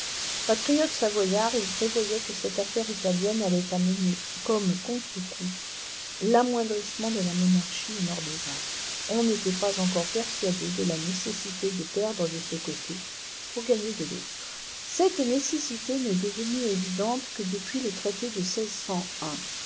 patriote savoyard il prévoyait que cette affaire italienne allait amener comme contre coup l'amoindrissement de la monarchie au nord des alpes on n'était pas encore persuadé de la nécessité de perdre de ce côté pour gagner de l'autre cette nécessité n'est devenue évidente que depuis le traité de